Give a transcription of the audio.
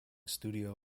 studio